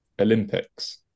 olympics